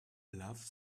love